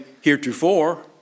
heretofore